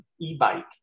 e-bike